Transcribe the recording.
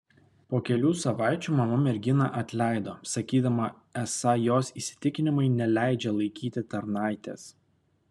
po kelių savaičių mama merginą atleido sakydama esą jos įsitikinimai neleidžią laikyti tarnaitės